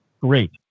Great